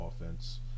offense